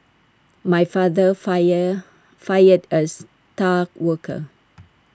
my father fired fired A star worker